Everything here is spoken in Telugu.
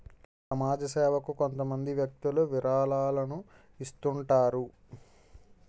సమాజ సేవకు కొంతమంది వ్యక్తులు విరాళాలను ఇస్తుంటారు